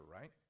right